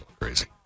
Crazy